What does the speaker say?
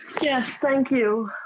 yes thank you.